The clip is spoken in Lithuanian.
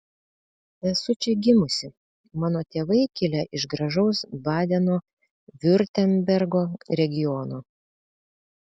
esu čia gimusi mano tėvai kilę iš gražaus badeno viurtembergo regiono